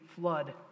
flood